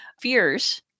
Fears